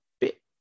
bit